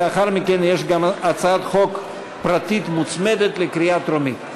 לאחר מכן יש גם הצעת חוק פרטית מוצמדת לקריאה טרומית.